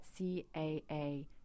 CAA